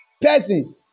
person